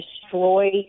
destroy